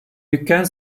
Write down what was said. dükkan